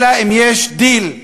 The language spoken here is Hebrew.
אלא אם יש דיל,